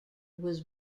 was